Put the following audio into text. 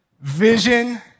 vision